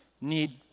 need